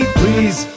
please